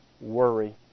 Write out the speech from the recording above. worry